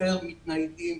יותר מתניידים,